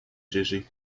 gégé